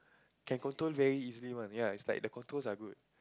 can control very easily one ya it's like the controls are good